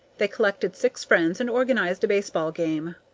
they collected six friends and organized a baseball game.